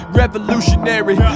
revolutionary